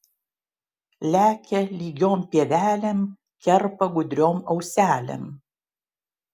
lekia lygiom pievelėm kerpa gudriom auselėm